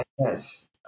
Yes